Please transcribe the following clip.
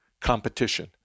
competition